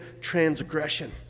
transgression